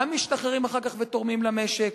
גם משתחררים אחר כך ותורמים למשק,